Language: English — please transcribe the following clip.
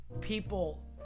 people